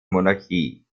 monarchie